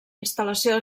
instal·lació